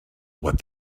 what